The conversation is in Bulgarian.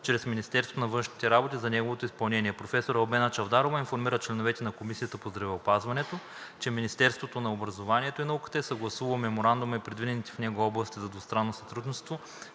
чрез Министерството на външните работи за неговото изпълнение. Професор Албена Чавдарова информира членовете на Комисията по здравеопазването, че Министерството на образованието и науката е съгласувало Меморандума и предвидените в него области за двустранно сътрудничество